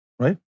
Right